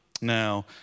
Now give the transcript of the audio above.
Now